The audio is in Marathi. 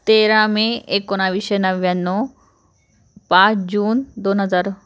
तेरा मे एकोणावीसशे नव्याण्णव पाच जून दोन हजार